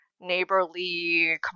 Neighborly